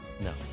No